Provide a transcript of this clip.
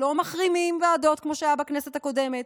לא מחרימים ועדות כמו שהיה בכנסת הקודמת,